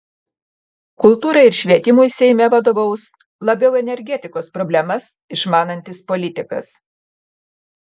kultūrai ir švietimui seime vadovaus labiau energetikos problemas išmanantis politikas